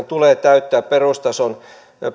tulee täyttää perustason